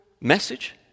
message